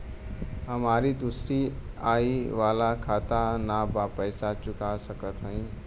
हमारी दूसरी आई वाला खाता ना बा पैसा चुका सकत हई?